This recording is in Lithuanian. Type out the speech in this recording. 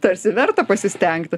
tarsi verta pasistengti